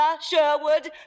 Sherwood